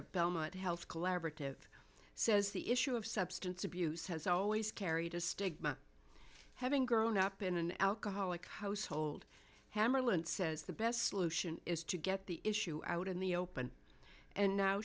of belmont health collaborative says the issue of substance abuse has always carried a stigma having grown up in an alcoholic household hammarlund says the best solution is to get the issue out in the open and now